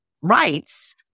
rights